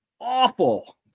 awful